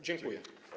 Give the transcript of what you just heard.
Dziękuję.